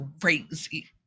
crazy